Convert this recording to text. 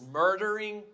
murdering